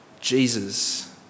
Jesus